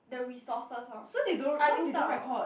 the resources orh I lose out uh